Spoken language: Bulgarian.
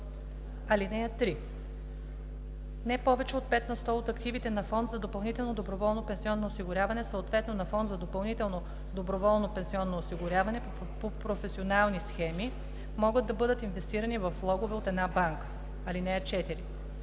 (3) Не повече от 5 на сто от активите на фонд за допълнително доброволно пенсионно осигуряване, съответно на фонд за допълнително доброволно пенсионно осигуряване по професионални схеми, могат да бъдат инвестирани във влогове в една банка. (4)